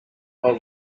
pas